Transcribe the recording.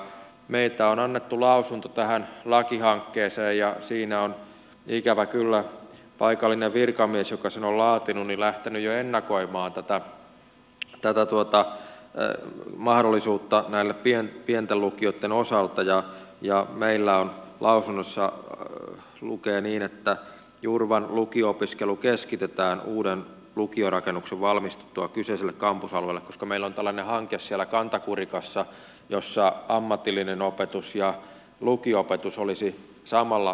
meiltä on annettu lausunto tähän lakihankkeeseen ja siinä on ikävä kyllä paikallinen virkamies joka sen on laatinut lähtenyt jo ennakoimaan tätä mahdollisuutta näiden pienten lukioitten osalta ja meillä lausunnossa lukee niin että jurvan lukio opiskelu keskitetään uuden lukiorakennuksen valmistuttua kyseiselle kampusalueelle koska meillä on tällainen hanke siellä kanta kurikassa jossa ammatillinen opetus ja lukio opetus olisivat samalla kampusalueella